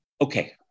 okay